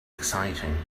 exciting